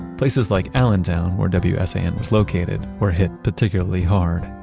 places like allentown, where wsan was located, were hit particularly hard.